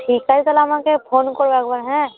ঠিক আছে তাহলে আমাকে ফোন কর একবার হ্যাঁ